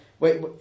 Wait